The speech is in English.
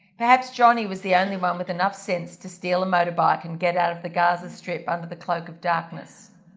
perhaps jhonnie was the only one with enough sense to steal a motorbike and get out of the gaza strip under the cloak of darkness.